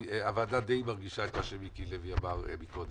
הוועדה די מרגישה את מה שמיקי לוי אמר מקודם,